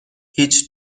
هیچ